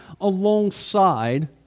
alongside